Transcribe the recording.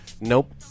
Nope